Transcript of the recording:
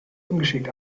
ungeschickt